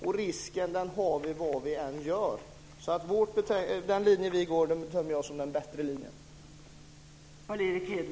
Och risken tar vi vad vi än gör. Den linje som vi driver bedömer jag därför som den bättre linjen.